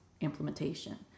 implementation